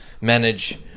Manage